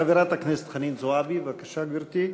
חברת הכנסת חנין זועבי, בבקשה, גברתי.